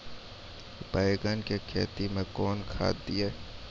बैंगन की खेती मैं कौन खाद दिए?